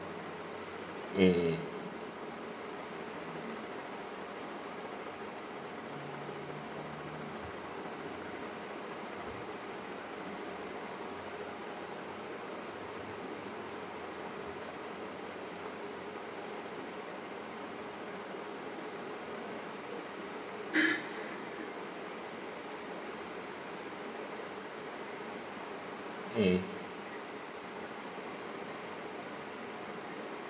mmhmm mm